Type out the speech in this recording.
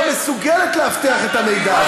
לא מסוגלת לאבטח את המידע הזה.